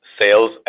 sales